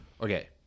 Okay